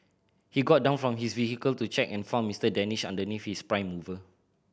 he got down from his vehicle to check and found Mister Danish underneath his prime mover